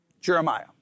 Jeremiah